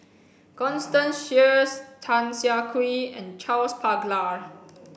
Constance Sheares Tan Siah Kwee and Charles Paglar